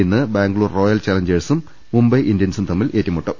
ഇന്ന് ബാംഗ്ലൂർ റോയൽ ചലഞ്ചേഴ്സും മുംബൈ ഇന്ത്യൻസും തമ്മിൽ ഏറ്റുമുട്ടും